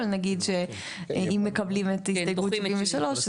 נגיד שאם מקבלים את הסתייגות 73,